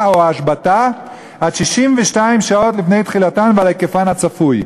או ההשבתה עד 62 שעות לפני תחילתן ועל היקפן הצפוי.